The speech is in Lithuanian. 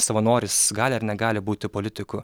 savanoris gali ar negali būti politiku